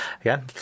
again